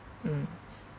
mm